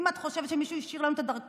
ואם את חושבת שמישהו השאיר לנו את הדרכונים,